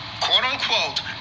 quote-unquote